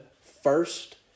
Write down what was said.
first